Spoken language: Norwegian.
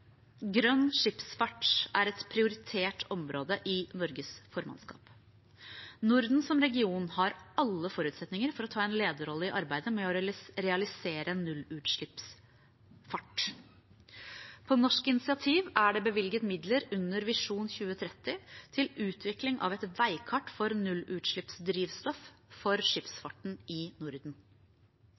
Grønn skipsfart er et prioritert område i Norges formannskap. Norden som region har alle forutsetninger for å ta en lederrolle i arbeidet med å realisere nullutslippsskipsfart. På norsk initiativ er det bevilget midler under Visjon 2030 til utvikling av et veikart for nullutslippsdrivstoff for skipsfarten i Norden.